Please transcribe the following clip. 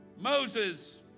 moses